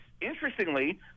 interestingly